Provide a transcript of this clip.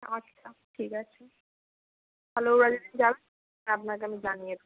আচ্ছা ঠিক আছে তাহলে ওরা যেদিন যাবে আপনাকে আমি জানিয়ে